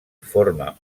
forma